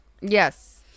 Yes